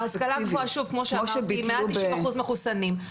ההשכלה הגבוהה, שוב, כמו שאמרתי, מעל 90% מחוסנים.